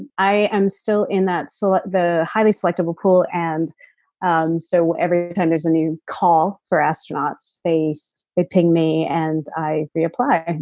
i am still in that, so ah the highly selectable pool and and so every time there's a new call for astronauts they ping me and i reapply. and